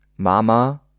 Mama